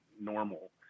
normal